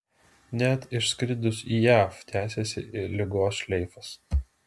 net išskridus į jav tęsėsi ligos šleifas